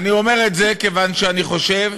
אני אומר את זה כיוון שאני חושב